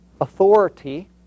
authority